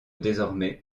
désormais